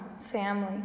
family